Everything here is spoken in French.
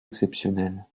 exceptionnelles